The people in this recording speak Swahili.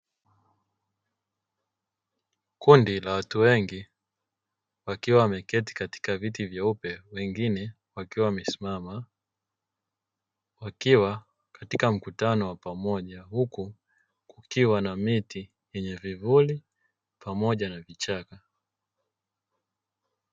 Kundi la watu wengi wakiwa wameketi katika viti vyeupe na wengine wakiwa wamesimama, wakiwa katika mkutano wa pamoja huku kukiwa na miti yenye vivuli pamoja na vichaka.